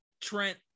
Trent